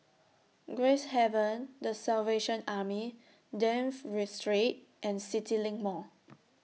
Gracehaven The Salvation Army Dafne Street and CityLink Mall